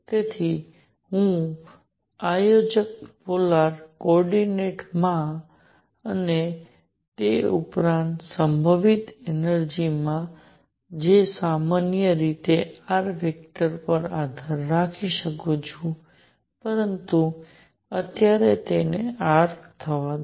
તેથી હું આયોજક પોલાર કોઓર્ડિનેટમાં અને તે ઉપરાંત સંભવિત એનર્જિ માં જે સામાન્ય રીતે r વેક્ટર પર આધાર રાખી શકુ છું પરંતુ અત્યારે તેને r થવા દો